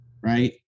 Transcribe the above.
right